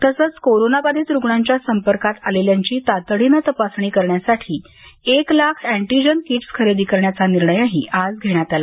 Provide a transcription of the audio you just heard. तसेच कोरोना बाधित रुग्णांच्या संपर्कात आलेल्यांची तातडीने तपासणी करण्यासाठी एक लाख एंटीजन किट्स खरेदी करण्याचा निर्णयही आज घेण्यात आला